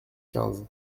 quinze